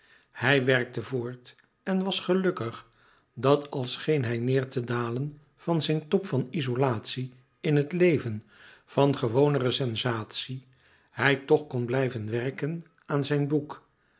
hij werkte voort en was gelukkig dat al scheen hij neêr te dalen van zijn top van izolatie in het leven van gewonere sensatie hij toch kon blijven werken aan zijn boek